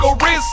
risk